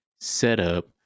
setup